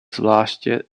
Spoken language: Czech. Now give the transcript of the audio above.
zvláště